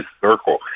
circle